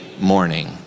morning